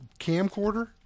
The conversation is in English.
camcorder